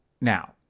Now